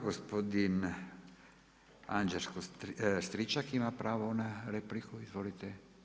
Gospodin Anđelko Stričak ima pravo na repliku, izvolite.